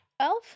Twelve